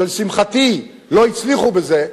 ולשמחתי לא הצליחו בזה,